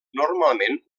normalment